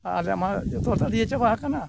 ᱟᱞᱮᱢᱟ ᱡᱚᱛᱚ ᱦᱚᱲ ᱛᱮᱞᱮ ᱤᱭᱟᱹ ᱵᱟᱦᱟ ᱟᱠᱟᱱᱟ